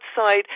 outside